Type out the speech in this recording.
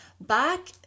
back